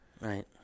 Right